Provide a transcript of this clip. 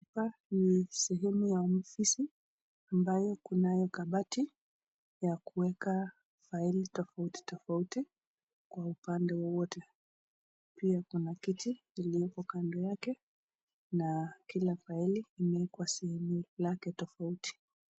Hapa ni sehemu ya ofisi ambayo kuna kabati ya kuweka faili tofauti tofauti kwa ipande wowote. Pia kuna kiti ilioko kando yake na kila faili imeekwa sehemu lake tofauti.